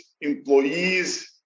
employees